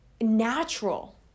natural